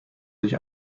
sich